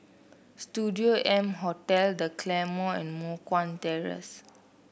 Studio M Hotel The Claymore and Moh Guan Terrace